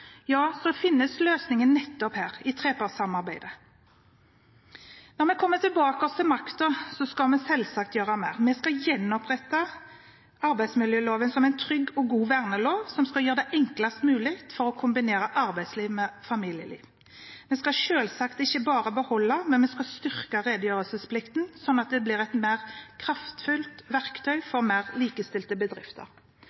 ja, så finnes løsningene nettopp her: i trepartssamarbeidet. Når vi igjen kommer tilbake til makten, skal vi selvsagt gjøre mer. Vi skal gjenopprette arbeidsmiljøloven som en trygg og god vernelov, som skal gjøre det enklest mulig å kombinere arbeidsliv med familieliv. Vi vil selvsagt ikke bare beholde, men styrke redegjørelsesplikten, slik at det blir et mer kraftfullt verktøy